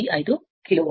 085 kilo watt